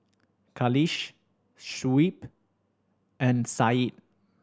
Khalish Shuib and Syed